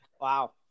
Wow